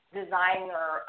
designer